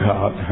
God